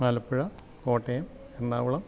Alappuzha Kottayam Ernakulam